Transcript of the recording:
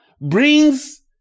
brings